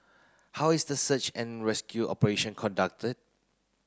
how is the search and rescue operation conducted